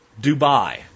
Dubai